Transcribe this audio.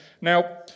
Now